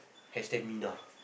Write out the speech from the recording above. hashtag minah